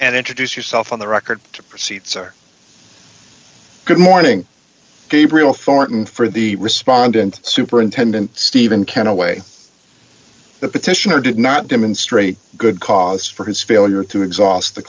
and introduce yourself on the record to proceed sir good morning gabriel thornton for the respondent superintendent stephen kent away the petitioner did not demonstrate good cause for his failure to exhaust the